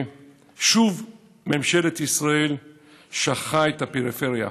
"שוב ממשלת ישראל שכחה את הפריפריה.